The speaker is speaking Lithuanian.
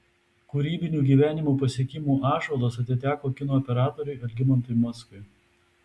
kūrybinių gyvenimo pasiekimų ąžuolas atiteko kino operatoriui algimantui mockui